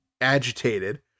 agitated